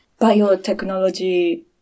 biotechnology